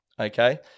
Okay